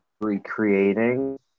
recreating